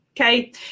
okay